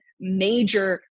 major